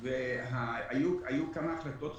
היו כמה החלטות חשובות,